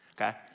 Okay